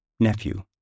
Nephew